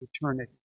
eternity